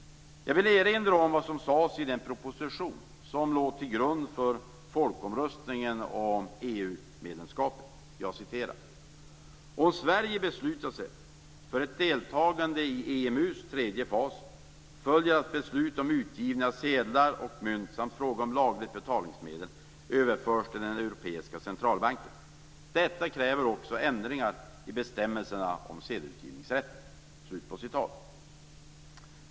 Jag vill erinra om vad som sades i den proposition som låg till grund för folkomröstningen om EU medlemskapet: "Om Sverige beslutar sig för ett deltagande i EMU:s tredje fas följer att beslut om utgivning av sedlar och mynt samt frågan om lagligt betalningsmedel överförs till den europeiska centralbanken. Detta kräver också ändringar i bestämmelserna om sedelutgivningsrätten."